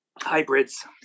Hybrids